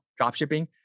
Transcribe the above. dropshipping